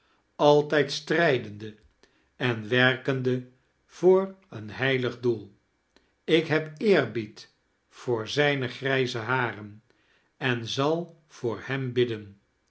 altijd strijdende en werkende voor een heilig doel ik heb eerbied voor zijne grijze haren en zal voor hem bidden